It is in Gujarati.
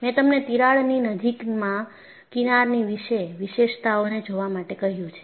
મેં તમને તિરાડની નજીકમાં કિનારની વિશેષ વિશેષતાઓને જોવા માટે કહ્યું છે